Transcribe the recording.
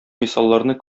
мисалларны